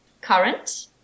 current